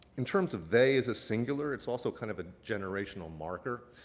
in terms of they as a singular, it's also kind of a generational marker.